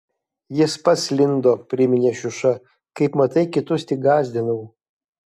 jis pats lindo priminė šiuša kaip matai kitus tik gąsdinau